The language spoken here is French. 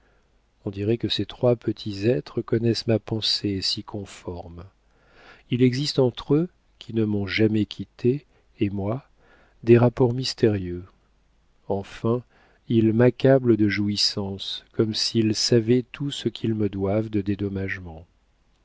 on dirait que ces trois petits êtres connaissent ma pensée et s'y conforment il existe entre eux qui ne m'ont jamais quittée et moi des rapports mystérieux enfin ils m'accablent de jouissances comme s'ils savaient tout ce qu'ils me doivent de dédommagements